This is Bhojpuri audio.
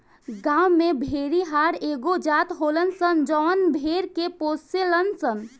गांव में भेड़िहार एगो जात होलन सन जवन भेड़ के पोसेलन सन